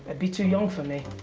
a bit too young for me.